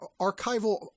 archival